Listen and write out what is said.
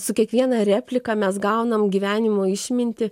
su kiekviena replika mes gaunam gyvenimo išmintį